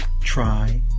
try